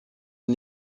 est